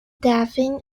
daphne